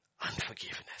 unforgiveness